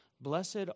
Blessed